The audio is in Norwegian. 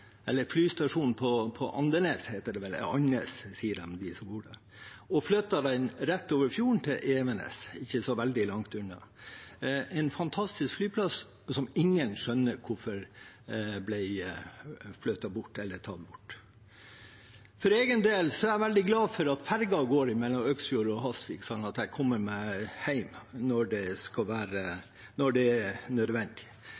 på Andenes og flyttet den rett over fjorden, til Evenes – ikke så veldig langt unna. Det var en fantastisk flyplass som ingen skjønner hvorfor man tok bort. For min egen del er jeg veldig glad for at fergen går mellom Øksfjord og Hasvik, slik at jeg kommer meg hjem når det er nødvendig. Nå blir det jo slik at disse fergene skal